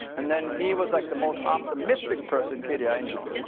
and then he was like the most optimistic person, katy, i know,